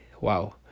Wow